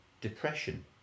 depression